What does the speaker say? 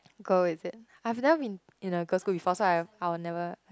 girl is it I've never been in a girl school before so i have I'll never